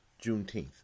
Juneteenth